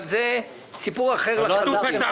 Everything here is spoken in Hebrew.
אבל זה סיפור אחר לחלוטין.